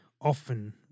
often